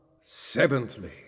Seventhly